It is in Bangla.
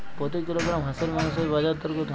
প্রতি কিলোগ্রাম হাঁসের মাংসের বাজার দর কত?